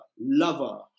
lover